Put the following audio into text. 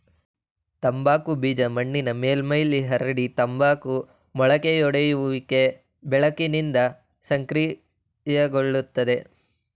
ತಂಬಾಕು ಬೀಜ ಮಣ್ಣಿನ ಮೇಲ್ಮೈಲಿ ಹರಡಿ ತಂಬಾಕು ಮೊಳಕೆಯೊಡೆಯುವಿಕೆ ಬೆಳಕಿಂದ ಸಕ್ರಿಯಗೊಳ್ತದೆ